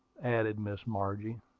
added miss margie.